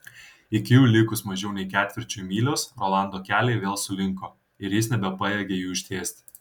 iki jų likus mažiau nei ketvirčiui mylios rolando keliai vėl sulinko ir jis nebepajėgė jų ištiesti